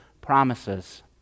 promises